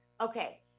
okay